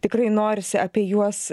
tikrai norisi apie juos